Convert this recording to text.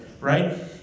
right